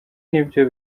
nibyo